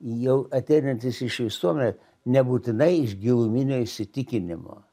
jau ateinantis iš visuomene nebūtinai iš giluminio įsitikinimo